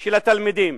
של התלמידים